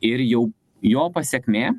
ir jau jo pasekmė